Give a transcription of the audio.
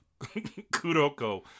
Kuroko